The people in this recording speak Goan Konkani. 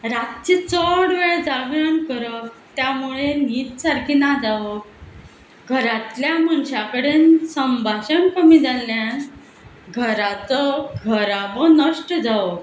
रातचें चड वेळ जागरण करप त्यामुळे न्हीद सारकी ना जावप घरांतल्या मनशां कडेन संभाशण कमी जाल्ल्यान घराचो घराबो नश्ट जावप